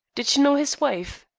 did you know his wife?